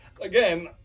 again